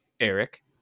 Eric